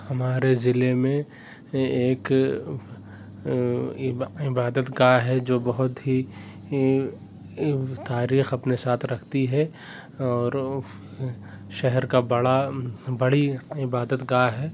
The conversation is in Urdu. ہمارے ضلعے میں ایک عبادت گاہ ہے جو بہت ہی تاریخ اپنے ساتھ رکھتی ہے اور شہر کا بڑا بڑی عبادت گاہ ہے